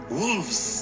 wolves